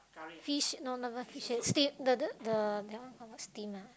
fish no no the fish head steam the the the that one call what steam ah